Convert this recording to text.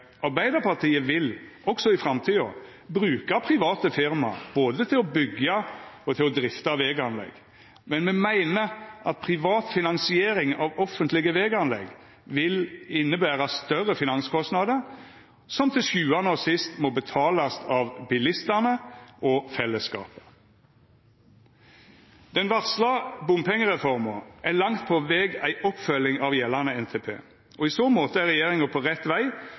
Arbeidarpartiet vil, også i framtida, bruka private firma både til å byggja og til å drifta veganlegg, men me meiner at privat finansiering av offentlege veganlegg vil innebera større finanskostnader, som til sjuande og sist må betalast av bilistane og fellesskapet. Den varsla bompengereforma er langt på veg ei oppfølging av gjeldande NTP, og i så måte er regjeringa på rett veg,